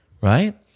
right